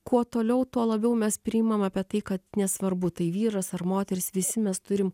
kuo toliau tuo labiau mes priimam apie tai kad nesvarbu tai vyras ar moteris visi mes turim